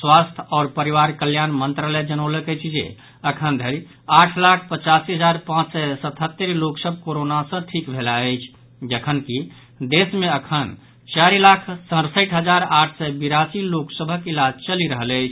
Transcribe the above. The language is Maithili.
स्वास्थ्य आओर परिवार कल्याण मंत्रालय जनौलक अछि जे अखन धरि आठ लाख पचासी हजार पांच सय सतहत्तरि लोक सभ कोरोना सँ ठीक भेलाह अछि जखनकि देश मे अखन चारि लाख सड़सठि हजार आठ सय बिरासी लोक सभक इलाज चलि रहल अछि